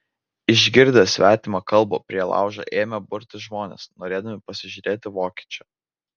išgirdę svetimą kalbą prie laužo ėmė burtis žmonės norėdami pasižiūrėti vokiečio